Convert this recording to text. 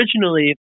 originally